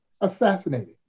assassinated